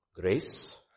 grace